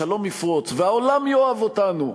השלום יפרוץ והעולם יאהב אותנו,